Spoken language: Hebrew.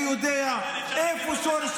אני יודע איפה שורש